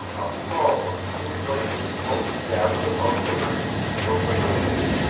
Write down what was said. a pall of fume-laden smoke gathered above the range of purple hills,